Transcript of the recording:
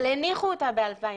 אבל הניחו אותה ב-2017.